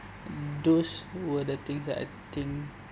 those were the things that I think